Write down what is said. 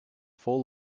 full